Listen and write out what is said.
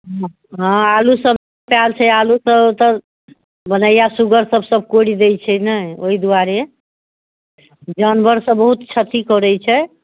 मऽ हँ आलू सब कएल छै आलू सब बनैया सुगर सब सब कोड़ि दै छै ने ओहि दुआरे जानवर सब बहुत छती करैत छै